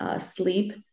sleep